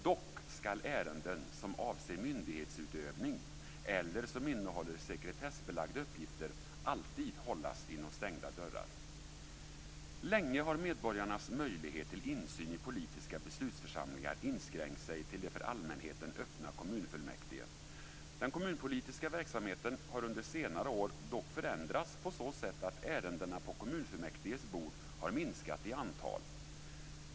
Dock skall ärenden som avser myndighetsutövning eller som innehåller sekretessbelagda uppgifter alltid hållas inom stängda dörrar. Länge har medborgarnas möjligheter till insyn i politiska beslutsförsamlingar inskränkt sig till de för allmänheten öppna kommunfullmäktigesammanträdena. Den kommunpolitiska verksamheten har under senare år dock förändrats på så sätt att ärendena på kommunfullmäktiges bord har minskat i antal.